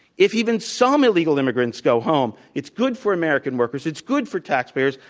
if even some illegal immigrants go home, it's good for american workers, it's good for taxpayers.